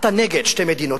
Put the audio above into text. אתה נגד שתי מדינות,